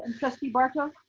and trustee barto.